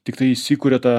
tiktai įsikuria ta